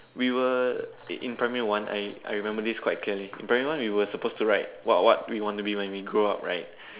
we were in primary one I I remember this quite clearly in primary one we were supposed to write what what we want to be when we grow up right